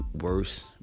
worse